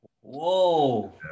Whoa